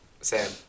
sam